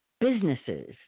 businesses